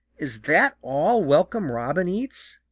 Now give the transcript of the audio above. is that all welcome robin eats?